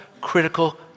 critical